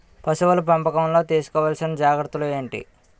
పశువుల పెంపకంలో తీసుకోవల్సిన జాగ్రత్తలు ఏంటి?